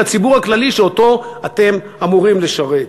לציבור הכללי שאותו אתם אמורים לשרת.